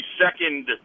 second